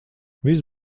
viss